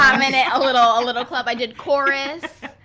um and a ah little a little club. i did chorus.